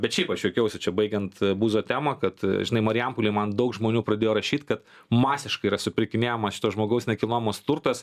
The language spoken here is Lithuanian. bet šiaip aš juokiausi čia baigiant buzo temą kad žinai marijampolėj man daug žmonių pradėjo rašyt kad masiškai yra supirkinėjamas šito žmogaus nekilnojamas turtas